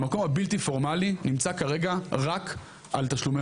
המקום הבלתי פורמלי נמצא כרגע רק על תשלומי